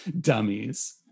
Dummies